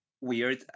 weird